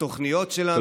התוכניות שלנו,